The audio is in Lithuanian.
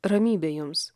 ramybė jums